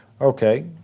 Okay